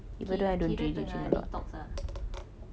ki~ kira macam detox lah